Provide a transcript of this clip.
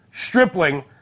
Stripling